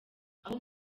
aho